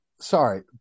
sorry